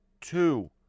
two